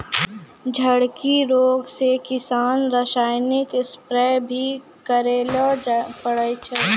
झड़की रोग से किसान रासायनिक स्प्रेय भी करै ले पड़ै छै